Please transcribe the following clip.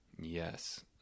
Yes